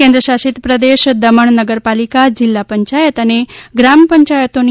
કેન્ર્ શાસિત પ્રદેશ દમણ નગરપાલિકા જીલ્લા પંચાયત અને ગ્રામ પંચાયતોની